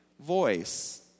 voice